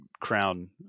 crown